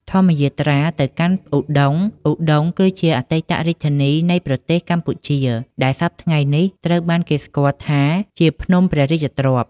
ធម្មយាត្រាទៅកាន់ឧដុង្គ ឧដុង្គគឺជាអតីតរាជធានីនៃប្រទេសកម្ពុជា ដែលសព្វថ្ងៃនេះត្រូវបានគេស្គាល់ថាជា ភ្នំព្រះរាជទ្រព្យ។